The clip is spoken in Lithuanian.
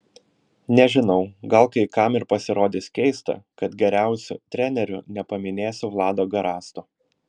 nežinau gal kai kam ir pasirodys keista kad geriausiu treneriu nepaminėsiu vlado garasto